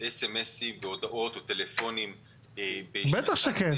סמסים והודעות או טלפונים --- בטח שכן.